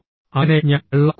അങ്ങനെ ഞാൻ വെള്ളം കുടിച്ചു